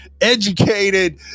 educated